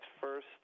First